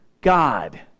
God